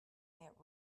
that